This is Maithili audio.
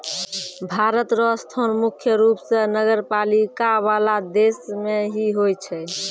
भारत र स्थान मुख्य रूप स नगरपालिका वाला देश मे ही होय छै